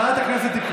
ועדת הכנסת.